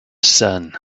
sun